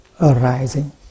arising